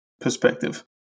perspective